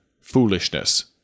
foolishness